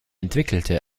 entwickelte